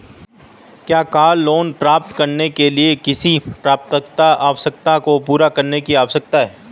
क्या car loan प्राप्त करने के लिए किसी पात्रता आवश्यकता को पूरा करने की आवश्यकता है?